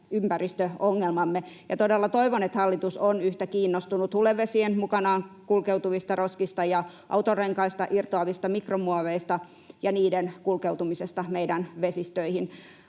ympäristöongelmamme. Todella toivon, että hallitus on yhtä kiinnostunut hulevesien mukana kulkeutuvista roskista ja autonrenkaista irtoavista mikromuoveista ja niiden kulkeutumisesta meidän vesistöihimme.